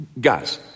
Guys